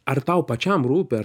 ar tau pačiam rūpi ar